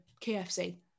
KFC